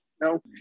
no